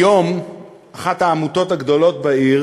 היום אחת העמותות הגדולות בעיר,